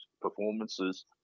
performances